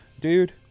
dude